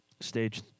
Stage